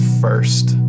first